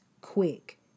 Quick